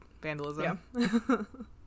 vandalism